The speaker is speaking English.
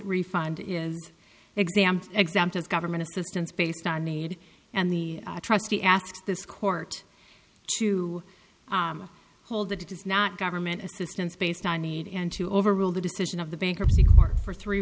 refund is exams exempt of government assistance based on need and the trustee asks this court to hold that it is not government assistance based on need and to overrule the decision of the bankruptcy court for three